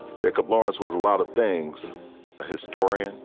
jacob lauras was a lot of things a historian,